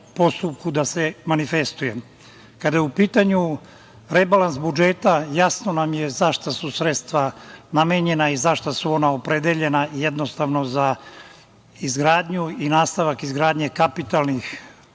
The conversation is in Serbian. postupku da se manifestuje. Kada je u pitanju rebalans budžeta, jasno nam je za šta su sredstva namenjena i za šta su ona opredeljena, jednostavno za izgradnju i nastavak izgradnje kapitalnih